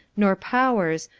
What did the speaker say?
nor powers,